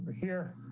here.